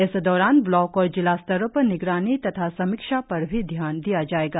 इस दौरान ब्लॉक और जिला स्तरों पर निगरानी तथा समीक्षा पर भी ध्यान दिया जायेगा